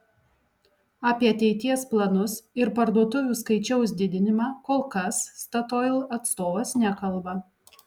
apie ateities planus ir parduotuvių skaičiaus didinimą kol kas statoil atstovas nekalba